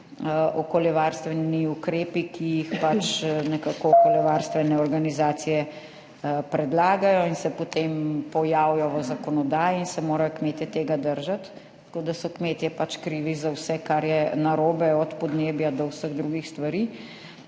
okoljevarstveni ukrepi, ki jih predlagajo okoljevarstvene organizacije in se potem pojavijo v zakonodaji in se morajo kmetje tega držati, tako da so kmetje pač krivi za vse, kar je narobe, od podnebja do vseh drugih stvari.